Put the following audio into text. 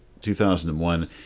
2001